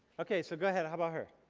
okay. so go ahead. how about her?